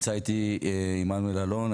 נמצא איתי עמנואל הלון,